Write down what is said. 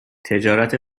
تجارت